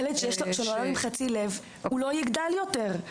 ילד שנולד עם חצי לב, לא יגדל יותר.